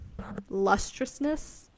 lustrousness